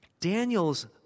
Daniel's